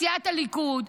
בסיעת הליכוד,